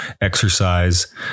exercise